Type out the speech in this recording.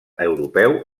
europeu